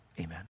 amen